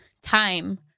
time